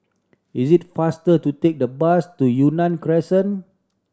it is faster to take the bus to Yunnan Crescent